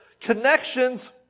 connections